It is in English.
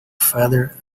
father